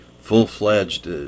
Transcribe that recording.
full-fledged